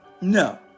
No